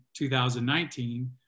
2019